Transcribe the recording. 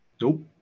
Nope